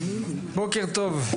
בוקר טוב.